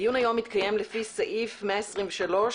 הדיון היום מתקיים לפי סעיף 123ז(1),